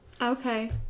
Okay